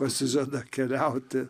pasižada keliauti